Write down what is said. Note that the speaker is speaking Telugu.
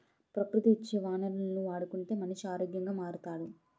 ప్రకృతి ఇచ్చే వనరులను వాడుకుంటే మనిషి ఆరోగ్యంగా మారుతాడు